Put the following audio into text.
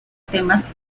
temas